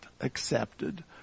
accepted